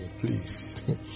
please